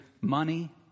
Money